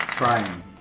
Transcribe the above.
Trying